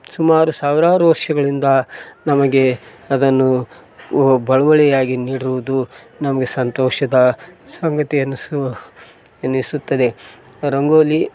ಸುಮಾರು ಸಾವಿರಾರು ವರ್ಷಗಳಿಂದ ನಮಗೆ ಅದನ್ನು ವ ಬಳುವಳಿಯಾಗಿ ನೀಡಿರುವುದು ನಮಗೆ ಸಂತೋಷದಾ ಸಂಗತಿ ಎನಿಸುತ್ತದೆ ರಂಗೋಲಿ